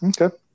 Okay